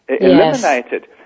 eliminated